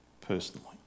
personally